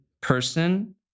person